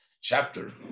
chapter